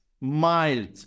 mild